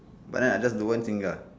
but then I just don't want Zinger